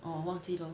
orh 忘记 lor